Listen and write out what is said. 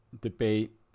Debate